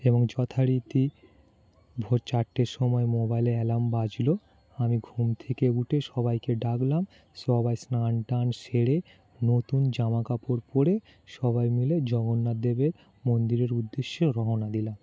এবং যথারীতি ভোর চারটের সময় মোবাইলে অ্যালাৰ্ম বাজলো আমি ঘুম থেকে উঠে সবাইকে ডাকলাম সবাই স্নান টান সেরে নতুন জামা কাপড় পরে সবাই মিলে জগন্নাথদেবের মন্দিরের উদ্দেশ্যে রওনা দিলাম